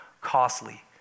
costly